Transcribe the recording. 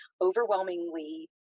overwhelmingly